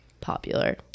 popular